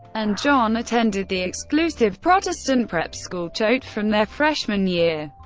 and john attended the exclusive protestant prep school choate from their freshman year,